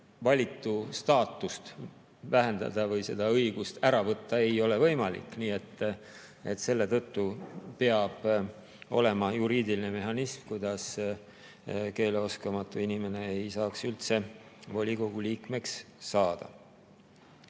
valitu staatust vähendada või seda õigust ära võtta ei ole võimalik. Nii et selle tõttu peab olema juriidiline mehhanism, et keeleoskamatu inimene ei saaks üldse volikogu liikmeks saada.